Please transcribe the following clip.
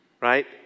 Right